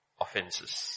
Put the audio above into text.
offenses